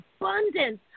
abundance